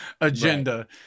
agenda